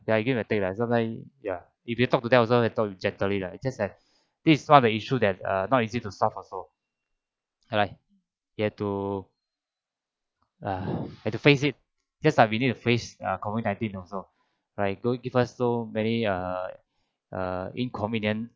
ya give and take lah sometime ya if you talk them also talk to gently ah just that this solve the issue that not easy to solve also alright you have to uh had to face it just like we need to face COVID nineteen also right god give us so many err err inconvenient